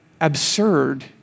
absurd